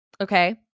Okay